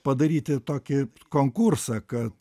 padaryti tokį konkursą kad